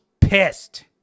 pissed